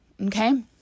okay